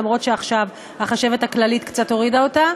אף שעכשיו החשבת הכללית קצת הורידה אותה,